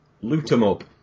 loot-em-up